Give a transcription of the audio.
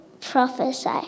prophesy